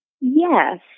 Yes